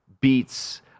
beats